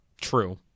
True